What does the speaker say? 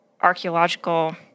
archaeological